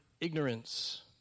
ignorance